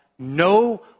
No